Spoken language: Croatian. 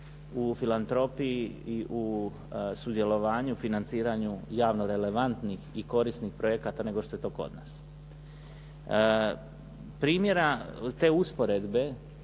u filantropiji i u sudjelovanju financiranju javno relevantnih i korisnih projekata nego što je to kod nas. Primjera te usporedbe